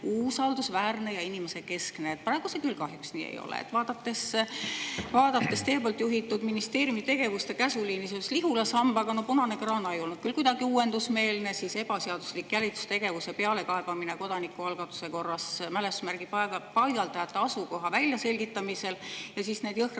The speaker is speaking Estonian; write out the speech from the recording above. usaldusväärne ja inimesekeskne. Praegu see küll kahjuks nii ei ole. Vaatame teie juhitud ministeeriumi tegevuste käsuliini seoses Lihula sambaga. Punane kraana ei olnud küll kuidagi uuendusmeelne. Ebaseaduslik jälitustegevus ja pealekaebamine kodanikualgatuse korras mälestusmärgi paigaldajate asukoha väljaselgitamiseks ja siis need jõhkrad